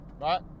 right